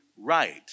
right